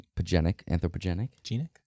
anthropogenic